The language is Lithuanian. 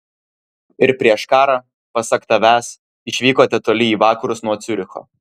ir prieš karą pasak tavęs išvykote toli į vakarus nuo ciuricho